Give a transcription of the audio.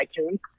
iTunes